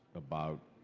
about